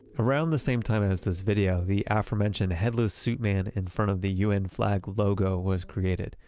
around the same time as this video, the aforementioned headless suit man in front of the un flag logo was created.